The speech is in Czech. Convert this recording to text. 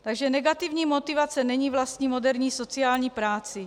Takže negativní motivace není vlastní moderní sociální práci.